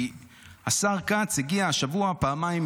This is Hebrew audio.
כי השר כץ הגיע השבוע פעמיים,